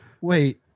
Wait